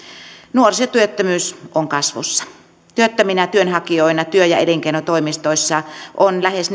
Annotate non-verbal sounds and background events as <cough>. nuorisotyöttömyys on kasvussa työttöminä työnhakijoina työ ja elinkeinotoimistoissa on lähes <unintelligible>